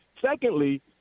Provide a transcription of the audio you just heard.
Secondly